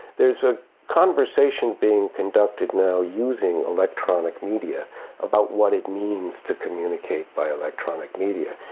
there's a conversation being conducted now using electronic media about what it means to communicate by electronic media.